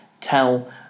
tell